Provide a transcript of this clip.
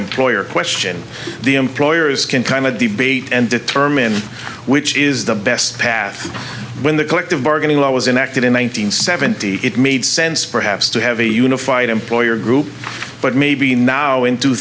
employer question the employers can kind of debate and determine which is the best path when the collective bargaining law was enacted in one nine hundred seventy it made sense perhaps to have a unified employer group but maybe now in two